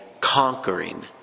conquering